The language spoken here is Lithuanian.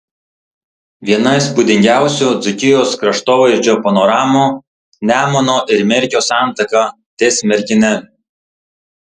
viena įspūdingiausių dzūkijos kraštovaizdžio panoramų nemuno ir merkio santaka ties merkine